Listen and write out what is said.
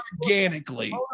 organically